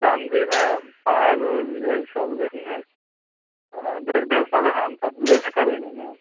चाँदी में पायल उयल यही सब लेंगे डेढ़ डेढ़ सौ ग्राम तब लेबे करेंगे न